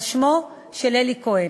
לשמו של אלי כהן,